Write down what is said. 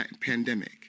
pandemic